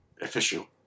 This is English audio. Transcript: official